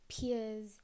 peers